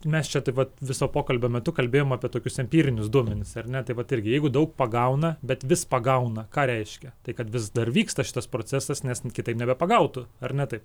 mes čia taip vat viso pokalbio metu kalbėjom apie tokius empirinius duomenis ar ne tai vat irgi jeigu daug pagauna bet vis pagauna ką reiškia tai kad vis dar vyksta šitas procesas nes kitaip nebepagautų ar ne taip